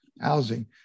housing